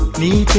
me